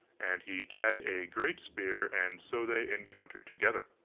and he gat a great spear, and so they encountered together,